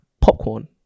popcorn